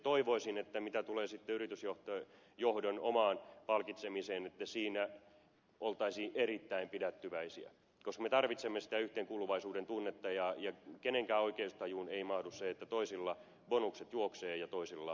toivoisin mitä tulee yritysjohdon omaan palkitsemiseen että siinä oltaisiin erittäin pidättyväisiä koska me tarvitsemme sitä yhteenkuuluvaisuuden tunnetta ja kenenkään oikeustajuun ei mahdu se että toisilla bonukset juoksee ja toisilla työpaikka menee